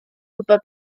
gwybod